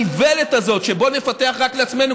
האיוולת הזאת: בואו נפתח רק לעצמנו,